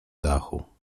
dachu